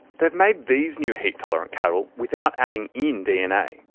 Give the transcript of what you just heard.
they have made these new heat-tolerant cattle without adding in dna.